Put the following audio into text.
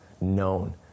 known